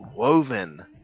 woven